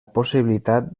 possibilitat